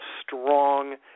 strong